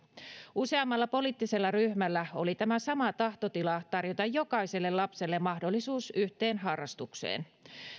useammalla poliittisella ryhmällä oli tämä sama tahtotila tarjota jokaiselle lapselle mahdollisuus yhteen harrastukseen